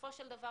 בסופו של דבר,